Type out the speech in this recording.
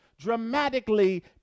dramatically